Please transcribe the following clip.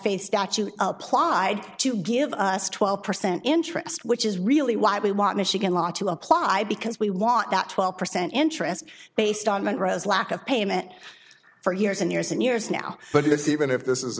faith statute applied to give us twelve percent interest which is really why we want michigan law to apply because we want that twelve percent interest based on monroe's lack of payment for years and years and years now but let's see even if this